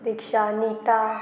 दिक्षा निता